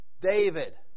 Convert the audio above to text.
David